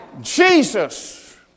Jesus